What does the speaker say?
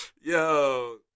Yo